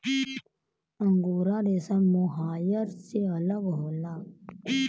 angora रेसा mohair से अलग होला